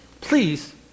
please